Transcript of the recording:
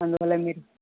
అందువల్ల మీ